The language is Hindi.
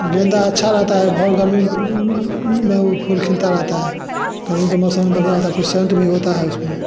गेंदा अच्छा रहता है पर गर्मी में फूल खिलता रहता है कहीं पर मौसम बढ़िया होता कुछ सेंट भी होता है उस में